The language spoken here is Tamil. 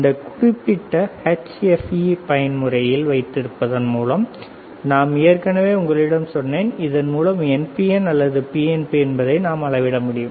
இந்த குறிப்பிட்ட HFEஐ பயன்முறையில் வைத்திருப்பதன் மூலம் நான் ஏற்கனவே உங்களிடம் சொன்னேன் அதன் மூலம் NPN அல்லது PNP என்பதை நாம் அளவிட முடியும்